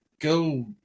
Go